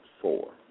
four